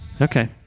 Okay